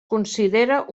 considera